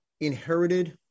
inherited